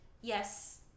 yes